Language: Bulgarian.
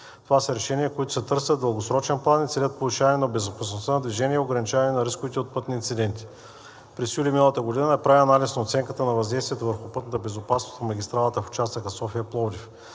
Това са решения, които се търсят в дългосрочен план и целят повишаване на безопасността на движение и ограничаване на рисковете от пътни инциденти. През юли 2024 г. е правен анализ на оценката на въздействието върху пътната безопасност на магистралата в участъка София – Пловдив.